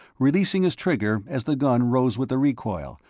releasing his trigger as the gun rose with the recoil,